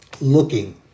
looking